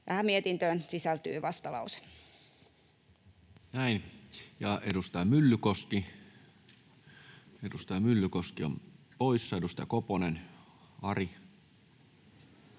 Tähän mietintöön sisältyy vastalause. Näin. — Edustaja Myllykoski poissa. — Edustaja Koponen, Ari.